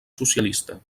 socialista